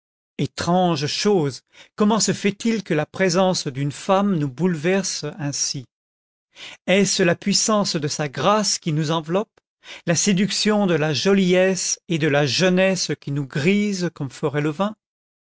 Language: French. étrange chose comment se fait-il que la présence d'une femme nous bouleverse ainsi est-ce la puissance de sa grâce qui nous enveloppe la séduction de la joliesse et de la jeunesse qui nous grise comme ferait